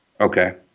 Okay